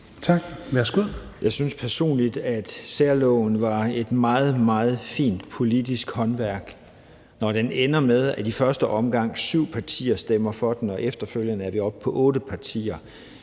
Mortensen): Jeg synes personligt, at særloven var et meget, meget fint politisk håndværk. Når den ender med, at i første omgang syv partier stemmer for den og vi efterfølgende er oppe på otte partier,